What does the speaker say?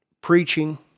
preaching